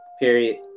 Period